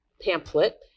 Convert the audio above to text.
pamphlet